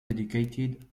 educated